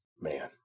man